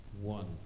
one